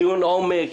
דיון עומק,